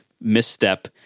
misstep